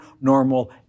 normal